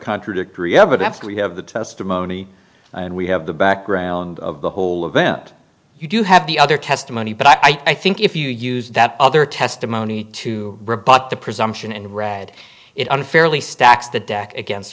contradictory evidence we have the testimony and we have the background of the whole event you do have the other testimony but i think if you use that other testimony to rebut the presumption and read it unfairly